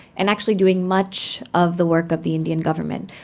and actually doing much of the work of the indian government.